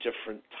different